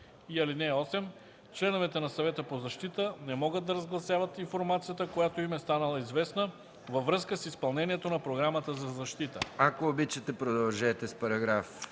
си. (8) Членовете на Съвета по защита не могат да разгласяват информацията, която им е станала известна във връзка с изпълнението на Програмата за защита.” Комисията подкрепя по принцип